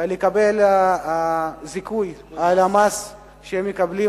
לקבל זיכוי ממס על התרומות שהם מקבלים.